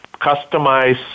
customize